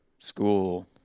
school